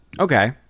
Okay